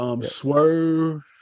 Swerve